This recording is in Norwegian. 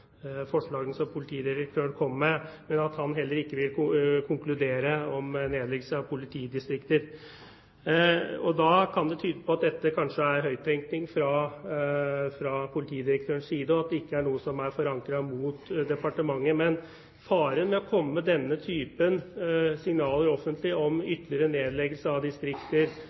nedleggelse av politidistrikter. Da kan det tyde på at det kanskje er høyttenkning fra politidirektørens side, og at det ikke er noe som er forankret i departementet. Men faren med å komme med denne type signaler offentlig om ytterligere nedleggelser av